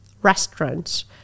restaurants